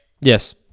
Yes